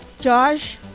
Josh